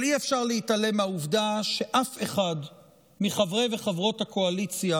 אי-אפשר להתעלם מהעובדה שאף אחד מחברי וחברות הקואליציה